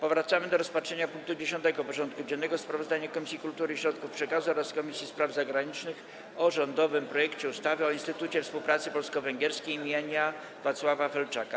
Powracamy do rozpatrzenia punktu 10. porządku dziennego: Sprawozdanie Komisji Kultury i Środków Przekazu oraz Komisji Spraw Zagranicznych o rządowym projekcie ustawy o Instytucie Współpracy Polsko-Węgierskiej im. Wacława Felczaka.